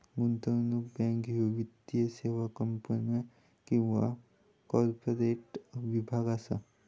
गुंतवणूक बँक ह्या वित्तीय सेवा कंपन्यो किंवा कॉर्पोरेट विभाग असा